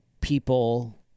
people